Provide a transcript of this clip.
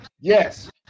Yes